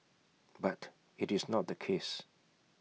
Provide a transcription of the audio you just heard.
but IT is not the case